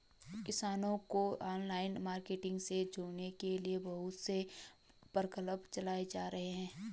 किसानों को online marketing से जोड़ने के लिए बहुत से प्रकल्प चलाए जा रहे हैं